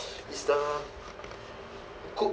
is the koo~